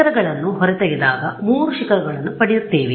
ಶಿಖರಗಳನ್ನು ಹೊರತೆಗೆದಾಗ 3 ಶಿಖರಗಳನ್ನು ಪಡೆಯುತ್ತೇವೆ